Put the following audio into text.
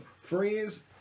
friends